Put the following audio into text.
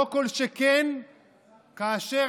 כל שכן כאשר